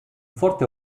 forte